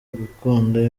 gukunda